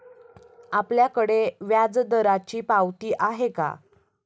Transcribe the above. आपल्याकडे व्याजदराची पावती आहे का?